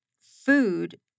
food